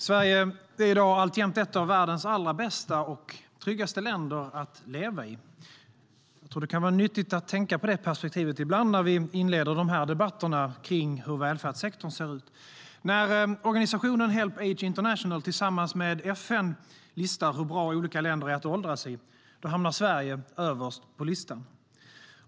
Herr talman! Sverige är i dag alltjämt ett av världens allra bästa och tryggaste länder att leva i. Jag tror att det kan vara nyttigt att tänka på det perspektivet ibland när vi inleder dessa debatter om hur välfärdssektorn ser ut. När organisationen Help Age International tillsammans med FN listar hur bra olika länder är att åldras i hamnar Sverige överst på listan.